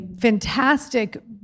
fantastic